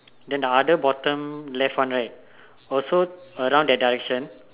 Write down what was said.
then the other bottom left one right also around that direction